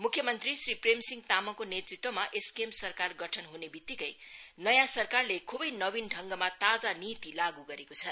मुख्य मंत्री श्री प्रेम सिंह तामाङको नेतृत्वमा एसकेएम सरकार गठन हने वित्तिकै नयाँ सरकारले ख्बै नवीन ढङ्गमा ताजा नीति लागू गरेको छ